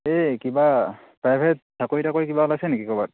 এই কিবা প্ৰাইভেট চাকৰি তাকৰি কিবা ওলাইছে নেকি ক'ৰবাত